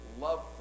love